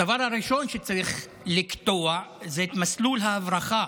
הדבר הראשון שצריך לקטוע זה את מסלול ההברחה